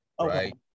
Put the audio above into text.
right